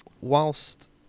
Whilst